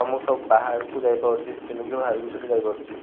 ଆଉ ମୁଁ ସବୁ ବାହାରକୁ ଯାଇପାରୁଛି ସବୁ ପିନ୍ଧିକି ବାହାରକୁ ସେଠି ଯାଇପାରୁଛି